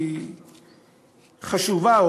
חשובה,